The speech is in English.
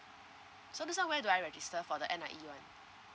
so this one where do I register for N_I_E [one]